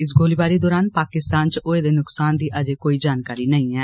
इस गोलीबारी दरान पाकिस्तान च होए दे नसकान दी अजें कोई जानकारी नेई ऐ